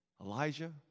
Elijah